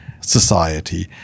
society